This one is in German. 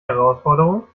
herausforderung